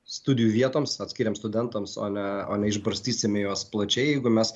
studijų vietoms atskiriems studentams o ne o ne išbarstysime juos plačiai jeigu mes